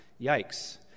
Yikes